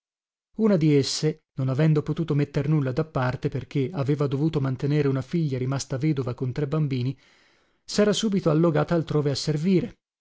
una di esse non avendo potuto metter nulla da parte perché aveva dovuto mantenere una figlia rimasta vedova con tre bambini sera subito allogata altrove a servire